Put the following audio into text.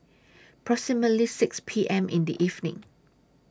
proximately six P M in The evening